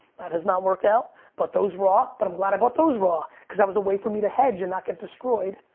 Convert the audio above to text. that has not worked out. bought but those raw, but i'm glad i bought those raw cause that was a way for me to hedge and not get destroyed.